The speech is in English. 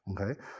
okay